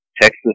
Texas